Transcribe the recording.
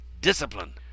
Discipline